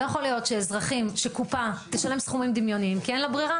לא יכול להיות שקופה תשלם סכומים דמיוניים כי אין לה ברירה.